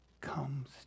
comes